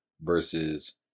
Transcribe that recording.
versus